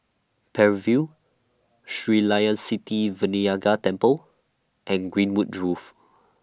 Parry View Sri Layan Sithi Vinayagar Temple and Greenwood Grove